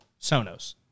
Sonos